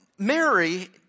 Mary